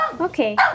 Okay